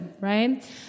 right